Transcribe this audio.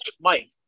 Mike